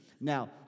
Now